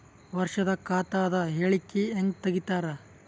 ವರ್ಷದ ಖಾತ ಅದ ಹೇಳಿಕಿ ಹೆಂಗ ತೆಗಿತಾರ?